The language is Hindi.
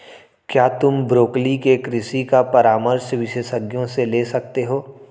क्या तुम ब्रोकोली के कृषि का परामर्श विशेषज्ञों से ले सकते हो?